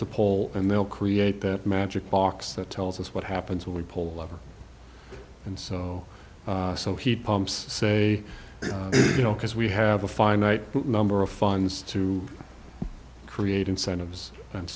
pull and they'll create that magic box that tells us what happens when we pull over and so so heat pumps say you know because we have a finite number of funds to create incentives and